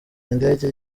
indege